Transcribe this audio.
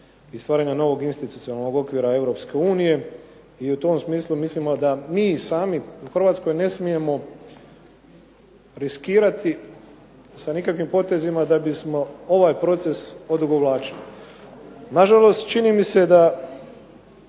i stvaranja novog institucionalnog okvira Europske unije. I u tom smislu mislimo da mi sami u Hrvatskoj ne smijemo riskirati sa nikakvim potezima da bismo ovaj proces odugovlačili. Nažalost, čini mi se da